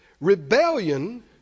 Rebellion